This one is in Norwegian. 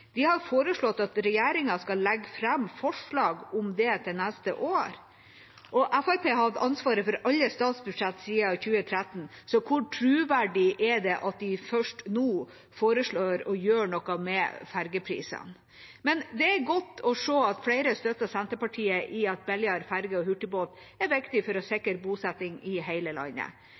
De har foreslått at regjeringa skal legge fram forslag om det til neste år. Fremskrittspartiet har hatt ansvaret for alle statsbudsjett siden 2013, så hvor troverdig er det at de først nå foreslår å gjøre noe med fergeprisene? Men det er godt å se at flere støtter Senterpartiet i at billigere ferger og hurtigbåter er viktig for å sikre bosetting i hele landet.